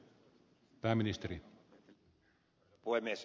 arvoisa puhemies